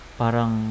parang